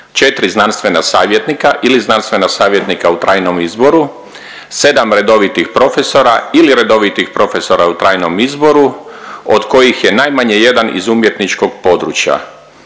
su 4 znanstvena savjetnika ili znanstvena savjetnika u trajnom izboru, 7 redovitih profesora ili redovitih profesora u trajnom izboru od kojih je najmanje 1 iz umjetničkog područja,